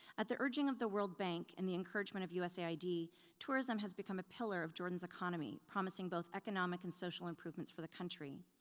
at the urging of the world bank and the encouragement of usaid, tourism has become a pillar of jordan's economy, promising both economic and social improvements for the country.